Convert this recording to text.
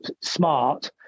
smart